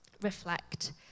reflect